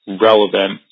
relevant